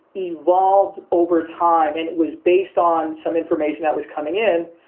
evolved over time. and it was based on some information that was coming in,